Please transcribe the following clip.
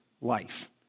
life